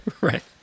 Right